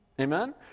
Amen